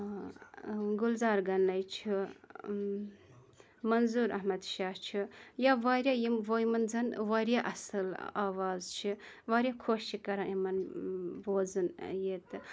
گُلزار گَنے چھُ مَنظور اَحمَد شاہ چھُ یا واریاہ یِمَن زَن واریاہ اصٕل آواز چھِ واریاہ خۄش چھ کَران یِمَن بوزُن یہِ تہٕ